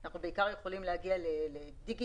אנחנו יכולים להגיע בעיקר לדיגיטל,